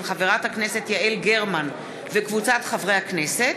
של חברת הכנסת יעל גרמן וקבוצת חברי הכנסת,